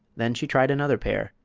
then she tried another pair,